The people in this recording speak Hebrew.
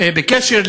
בקשר,